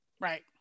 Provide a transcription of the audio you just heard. Right